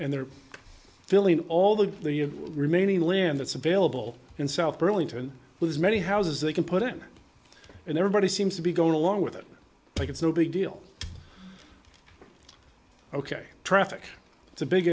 and they're filling all the the remaining land that's available in south burlington with as many houses they can put in and everybody seems to be going along with it like it's no big deal ok traffic is a big